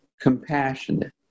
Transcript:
compassionate